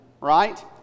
right